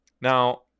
Now